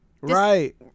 Right